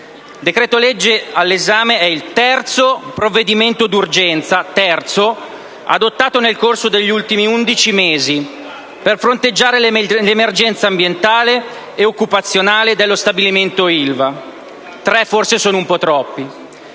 decreto-legge è il terzo provvedimento d'urgenza adottato nel corso degli ultimi undici mesi per fronteggiare l'emergenza ambientale ed occupazionale dello stabilimento Ilva (forse tre sono un po' troppi).